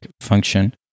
function